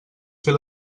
fer